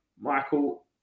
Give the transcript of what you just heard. Michael